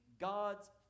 God's